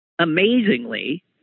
Amazingly